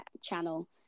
channel